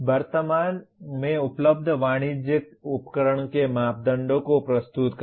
वर्तमान में उपलब्ध वाणिज्यिक उपकरण के मापदंडों को प्रस्तुत करें